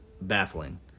baffling